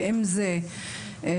ואם זה אוהדים,